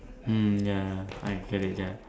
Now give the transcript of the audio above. mm ya I felt it ya